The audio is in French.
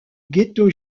ghetto